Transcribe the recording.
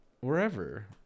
Wherever